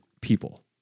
people